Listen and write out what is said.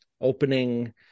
opening